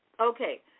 Okay